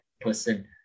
person